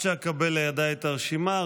עד שאקבל לידיי את הרשימה,